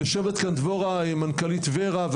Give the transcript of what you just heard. יושבת כאן דבורה, מנכ"לית ור"ה.